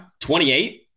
28